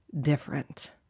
different